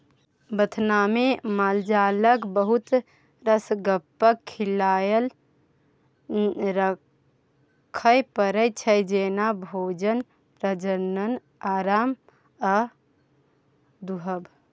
बथानमे मालजालक बहुत रास गप्पक खियाल राखय परै छै जेना भोजन, प्रजनन, आराम आ दुहब